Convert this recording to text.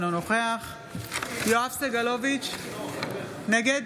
אינו נוכח יואב סגלוביץ' נגד